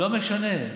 לא משנה,